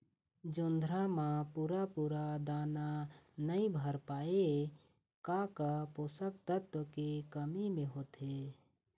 जोंधरा म पूरा पूरा दाना नई भर पाए का का पोषक तत्व के कमी मे होथे?